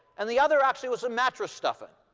and the other actually was a mattress stuffing.